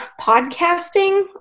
podcasting